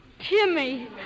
Timmy